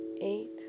eight